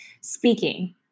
speaking